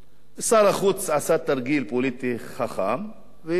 שר החוץ עשה תרגיל פוליטי חכם והתפטר.